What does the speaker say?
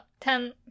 ten